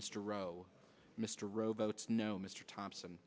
mr row mr rowboats no mr thompson